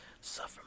suffer